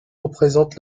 représentent